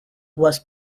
was